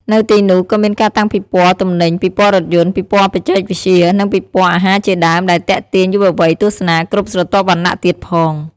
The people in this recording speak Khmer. នៅទីនោះ ក៏មានការតាំងពិព័រណ៍ទំនិញ ពិព័រណ៍រថយន្ត ពិព័រណ៍បច្ចេកវិទ្យា និងពិព័រណ៍អាហារជាដើម ដែលទាក់ទាញយុវវ័យទស្សនាគ្រប់ស្រទាប់វណ្ណៈទៀងផង។